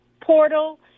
portal